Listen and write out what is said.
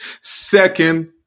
Second